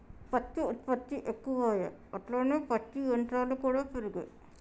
పత్తి ఉత్పత్తి ఎక్కువాయె అట్లనే పత్తి యంత్రాలు కూడా పెరిగే